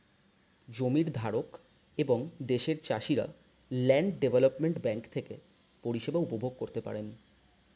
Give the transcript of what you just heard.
জমির ধারক এবং দেশের চাষিরা ল্যান্ড ডেভেলপমেন্ট ব্যাঙ্ক থেকে পরিষেবা উপভোগ করতে পারেন